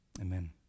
Amen